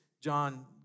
John